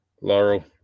Laurel